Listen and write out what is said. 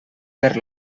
per